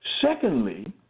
Secondly